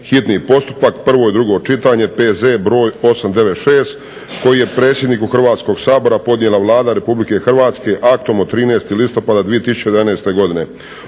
hitni postupak, prvo i drugo čitanje, P.Z.br. 896 koji je predsjedniku Hrvatskog sabora podnijela Vlada Republike Hrvatske aktom od 13. listopada 2011. godine.